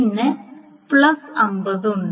പിന്നെ പ്ലസ് 50 ഉണ്ട്